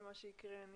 ממה שהקריאה נירה,